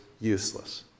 useless